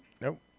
Nope